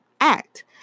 act